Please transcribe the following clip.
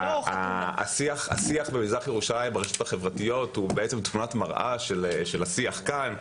השיח במזרח ירושלים ברשתות החברתיות הוא בעצם תמונת מראה של השיח כאן.